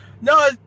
no